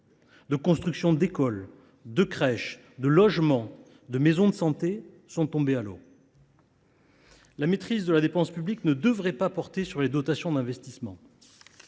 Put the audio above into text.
de construction d’écoles, de crèches, de logements, de maisons de santé est tombée à l’eau. La maîtrise de la dépense publique ne devrait pas porter sur les dotations d’investissement.